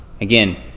Again